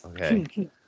Okay